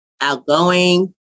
outgoing